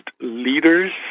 leaders